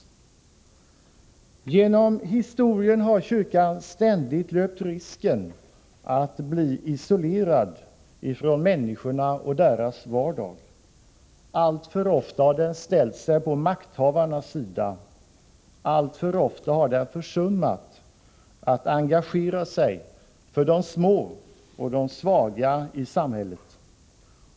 Genom historien har kyrkan ständigt löpt risken att bli isolerad från människorna och deras vardag. Alltför ofta har den ställt sig på makthavarnassida. Alltför ofta har den försummat att engagera sig för de små och svaga i samhället.